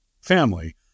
family